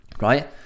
Right